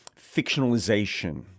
fictionalization